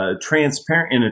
transparent